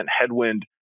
headwind